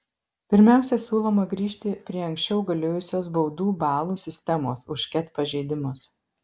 pirmiausia siūloma grįžti prie anksčiau galiojusios baudų balų sistemos už ket pažeidimus